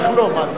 מה זה.